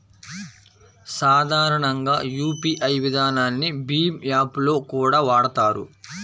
సాధారణంగా యూపీఐ విధానాన్ని భీమ్ యాప్ లో కూడా వాడతారు